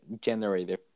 generator